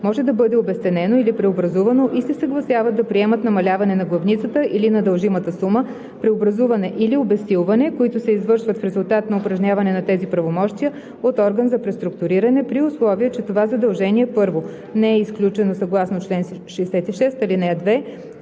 може да бъде обезценено или преобразувано, и се съгласяват да приемат намаляване на главницата или на дължимата сума, преобразуване или обезсилване, които се извършват в резултат на упражняване на тези правомощия от орган за преструктуриране, при условие че това задължение: 1. не е изключено съгласно чл. 66, ал. 2;